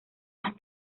más